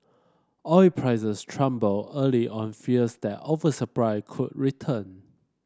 oil prices early on fears that oversupply could return